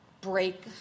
break